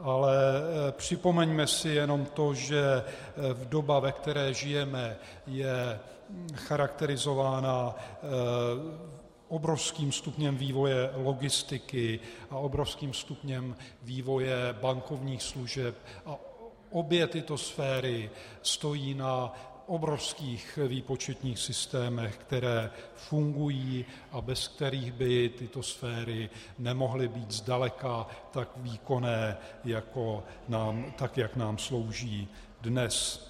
Ale připomeňme si jenom to, že doba, ve které žijeme, je charakterizována obrovským stupněm vývoje logistiky a obrovským stupněm vývoje bankovních služeb, a obě tyto sféry stojí na obrovských výpočetních systémech, které fungují a bez kterých by tyto sféry nemohly být zdaleka tak výkonné, tak jak nám slouží dnes.